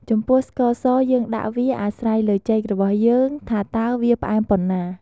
ចំពោះស្ករសយើងដាក់វា អាស្រ័យលើចេករបស់យើង ថាតើវាផ្អែមប៉ុណ្ណា។